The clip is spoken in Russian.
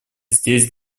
здесь